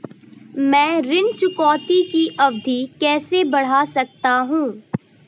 मैं ऋण चुकौती की अवधि कैसे बढ़ा सकता हूं?